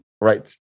right